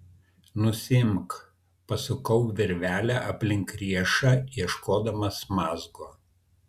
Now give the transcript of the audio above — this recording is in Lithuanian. nusiimk pasukau virvelę aplink riešą ieškodamas mazgo